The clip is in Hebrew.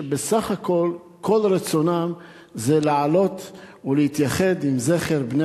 שבסך הכול כל רצונם זה לעלות ולהתייחד עם זכר בני